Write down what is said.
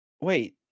Wait